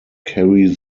carry